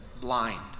blind